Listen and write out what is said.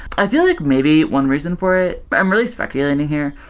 i feel like maybe one reason for it i'm really speculating here.